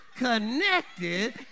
Connected